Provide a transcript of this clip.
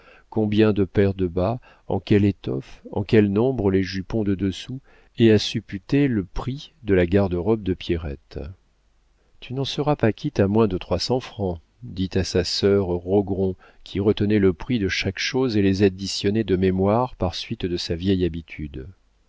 combien de paires de bas en quelle étoffe en quel nombre les jupons de dessous et à supputer le prix de la garde-robe de pierrette tu n'en seras pas quitte à moins de trois cents francs dit à sa sœur rogron qui retenait le prix de chaque chose et les additionnait de mémoire par suite de sa vieille habitude